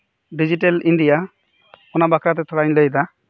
digital India ᱚᱱᱟ ᱵᱟᱠᱷᱨᱟᱛᱮ ᱛᱷᱚᱲᱟᱧ ᱞᱟᱹᱭ ᱮᱫᱟ